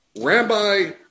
Rabbi